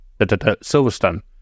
silverstone